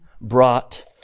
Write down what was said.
brought